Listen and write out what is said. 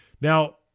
Now